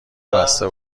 بسته